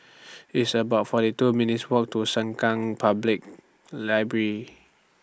It's about forty two minutes' Walk to Sengkang Public Library